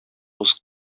was